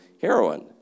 heroin